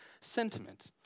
sentiment